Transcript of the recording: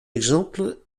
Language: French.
exemple